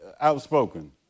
outspoken